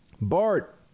Bart